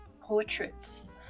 portraits